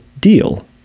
deal